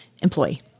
employee